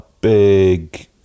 big